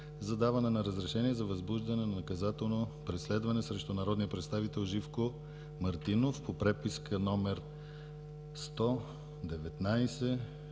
за даване на разрешение за възбуждане на наказателно преследване срещу народния представител Живко Мартинов, по преписка №